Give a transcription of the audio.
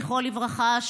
זיכרונו לברכה,